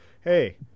hey